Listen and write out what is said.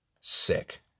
sick